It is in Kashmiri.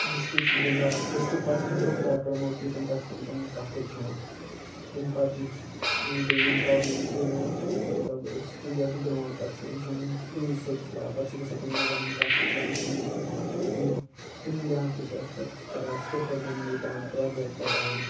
ڈِسٹرک چھِ گِنٛدان ڈِسٹرک پَتہٕ چھِنہٕ برونٛہہ کَران پرٛموٹ کینٛہہ تِم پَتہٕ چھِ تِم تٕم کَتھٕے کھٮ۪وان تمہِ پَتہٕ یُس بیٚیہِ یِم پرٛابلِم چھِ مطلب أسۍ چھِ کُنہِ جایہِ چھِ گرٛاوُنٛڈ پَتہٕ چھِ اِنسان ہیوٗج سِکِس لاگان پَتہٕ چھِ گژھان کُنہِ مکانَس منٛز تَتھ چھِ پھٕٹان شیٖش ویٖش تِم تِم لِحاظ تہِ چھِ اَسہِ پَتہٕ چھِ کَران أسۍ کِرکَٹ پرٛٮ۪تھ جایہِ کَران